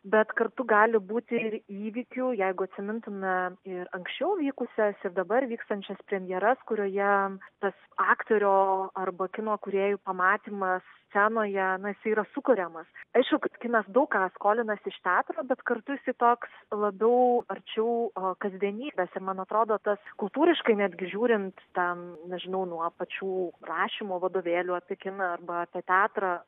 bet kartu gali būti ir įvykių jeigu atsimintume ir anksčiau vykusias ir dabar vykstančias premjeras kurioje tas aktorių o arba kino kūrėjų pamatymas scenoje na jisai yra sukuriamas aišku kad kinas daug ką skolinasi iš teatro bet kartu jisai toks labiau arčiau kasdienybės ir man atrodo tas kultūriškai netgi žiūrint ten nežinau nuo pačių rašymo vadovėlių apie kiną arba apie teatrą